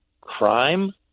crime